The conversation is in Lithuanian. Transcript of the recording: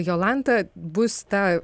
jolanta bus ta